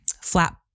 flat